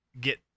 get